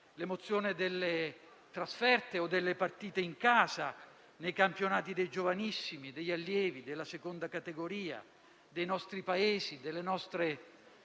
all'emozione delle trasferte o delle partite in casa, dei campionati dei giovanissimi, degli allievi, della seconda categoria dei nostri paesi, delle nostre